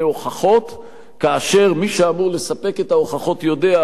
כאשר מי שאמור לספק את ההוכחות יודע שדינו מוות.